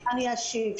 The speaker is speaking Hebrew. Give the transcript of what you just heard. אני אשיב.